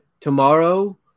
tomorrow